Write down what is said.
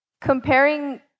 comparing